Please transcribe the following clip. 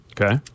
okay